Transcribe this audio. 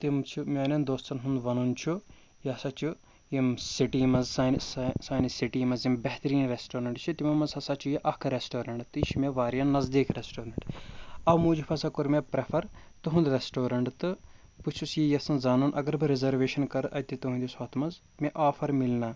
تِم چھِ میٛانٮ۪ن دوستَن ہُنٛد وَنُن چھُ یہِ ہسا چھِ ییٚمہِ سِٹی منٛز سانہِ سا سانہِ سِٹی منٛز یِم بہتریٖن رٮ۪سٹورنٛٹ چھِ تِمو منٛز ہسا چھُ یہِ اَکھ رٮ۪سٹورنٛٹ تہِ یہِ چھُ مےٚ واریاہ نَزدیٖک رٮ۪سٹورنٛٹ اَو موٗجوٗب ہسا کوٚر مےٚ پرٛٮ۪فَر تُہُنٛد رٮ۪سٹورنٛٹ تہٕ بہٕ چھُس یی یَژھان زانُن اَگر بہٕ رِزرویشَن کَرٕ اَتہٕ تُہٕنٛدِس ہۄتھ منٛز مےٚ آفَر مِلنا